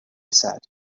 said